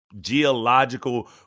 geological